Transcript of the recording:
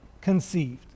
conceived